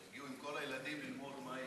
הם עם כל הילדים פה.